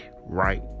right